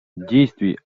действий